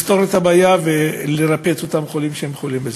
לפתור את הבעיה ולרפא את אותם חולים שחולים בזה.